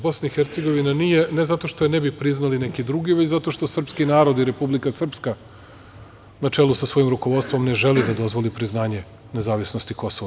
Bosna i Hercegovina nije, ne zato što je ne bi priznali neki drugi, već zato što srpski narod i Republika Srpska, na čelu sa svojim rukovodstvom, ne želi da dozvoli priznanje nezavisnosti Kosova.